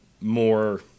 more